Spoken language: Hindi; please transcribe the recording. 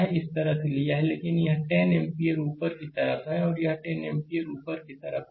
तो इस तरह से लिया है लेकिन यह 10 एम्पीयर ऊपर की तरफ है और यह 10 एम्पीयर ऊपर की तरफ है